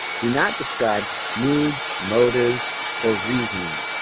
do not describe moods, motives or reasoning